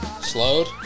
Slowed